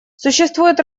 существует